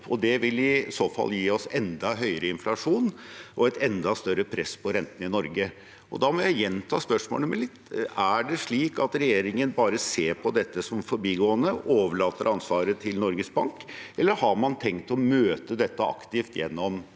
det vil i så fall gi oss enda høyere inflasjon og et enda større press på rentene i Norge. Jeg må gjenta spørsmålet mitt: Er det slik at regjeringen bare ser på dette som forbigående og overlater ansvaret til Norges Bank, eller har man tenkt å møte dette aktivt gjennom